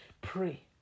Pray